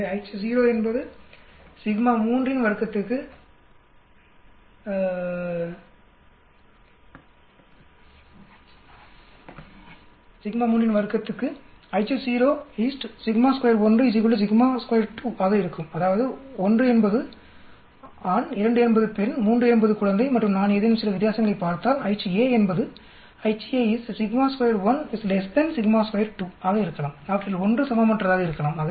எனவே H0 என்பது sigma 3 இன் வர்க்கத்துக்கு ஆக இருக்கும் அதாவது 1 என்பது ஆண்2 என்பது பெண் 3 என்பது குழந்தை மற்றும் நான் ஏதேனும் சில வித்தியாசங்களைப் பார்த்தால் Ha என்பது ஆக இருக்கலாம் அவற்றில் ஒன்று சமமற்றதாக இருக்கலாம்